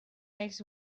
make